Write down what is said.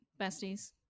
besties